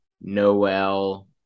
Noel